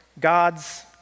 God's